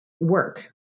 work